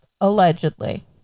allegedly